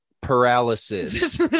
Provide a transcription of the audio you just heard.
paralysis